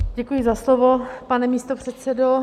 Děkuji za slovo, pane místopředsedo.